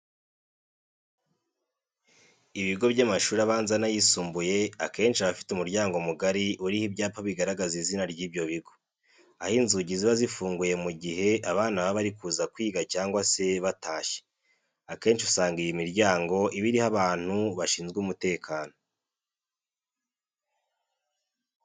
Ibigo by'amashuri abanza n'ayisumbuye akenshi aba afite umuryango mugari uriho ibyapa bigaragaza izina ry'ibyo bigo, aho inzugi ziba zifunguye mu gihe abana baba bari kuza kwiga cyangwa se batashye. Akenshi usanga iyi miryango iba iriho abantu bashinzwe umutekano.